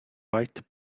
white